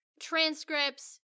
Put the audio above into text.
transcripts